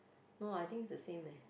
no I think is the same leh